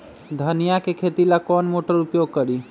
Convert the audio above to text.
धनिया के खेती ला कौन मोटर उपयोग करी?